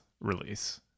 release